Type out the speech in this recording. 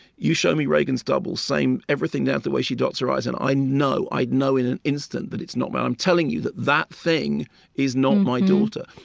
you show me regan's double, same everything now, the way she dots her i's, and i know, i'd know in an instant that it's not my own. i'm telling you that that thing is not my daughter.